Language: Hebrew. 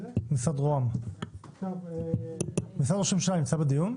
משרד ראש הממשלה נמצא בדיון?